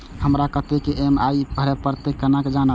हमरा कतेक ई.एम.आई भरें परतें से केना जानब?